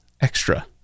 extra